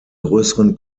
größeren